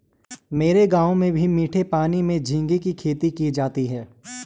मेरे गांव में भी मीठे पानी में झींगे की खेती की जाती है